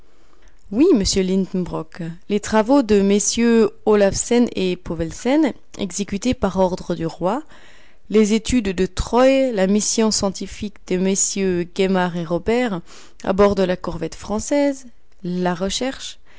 oui monsieur lidenbrock les travaux de mm olafsen et povelsen exécutés par ordre du roi les études de troïl la mission scientifique de mm gaimard et robert à bord de la corvette française la recherche